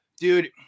dude